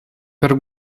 пӗр